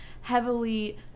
heavily